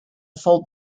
fold